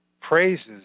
praises